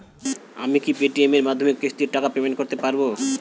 আমি কি Paytm এর মাধ্যমে কিস্তির টাকা পেমেন্ট করতে পারব?